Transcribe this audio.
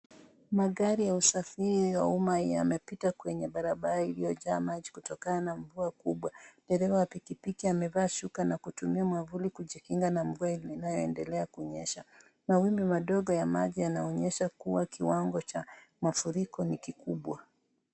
Magari ya usafiri wa uma yamepita kwenye barabara iliyojaa maji kutomana na mvua kubwa, dereva wa pikipiki amevaa shuka na kutumia mwavuli kujikinga na mvua inayo endelea kunyesha, wawimbi madogo ya maji yanaonyesha kuwa kiwango cha mafuriko ni kikubwa.